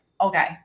okay